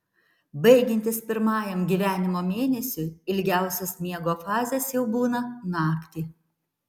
baigiantis pirmajam gyvenimo mėnesiui ilgiausios miego fazės jau būna naktį